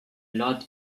lot